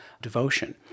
devotion